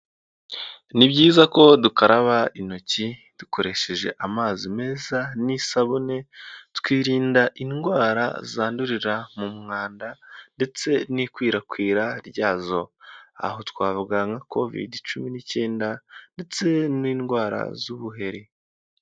Ni byiza ko dukaraba intoki dukoresheje amazi meza n'isabune, twirinda indwara zandurira mu mwanda ndetse n'ikwirakwira ryazo. Aho twavuga nka kovidi cumi n'icyenda ndetse n'indwara z'ubuheri.